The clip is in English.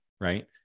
Right